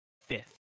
fifth